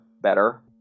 better